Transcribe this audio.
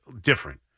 different